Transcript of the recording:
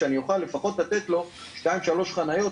שאני אוכל לפחות לתת לו שתיים-שלוש חניות.